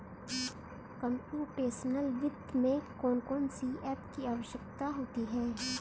computational वित्त में कौन कौन सी एप की आवश्यकता होती है